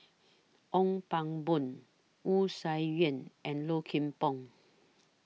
Ong Pang Boon Wu Tsai Yen and Low Kim Pong